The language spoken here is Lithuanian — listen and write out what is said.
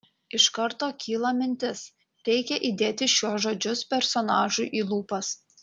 iš karto kyla mintis reikia įdėti šiuos žodžius personažui į lūpas